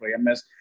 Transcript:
MS